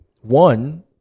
one